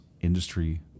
industry